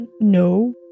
No